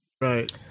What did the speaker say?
Right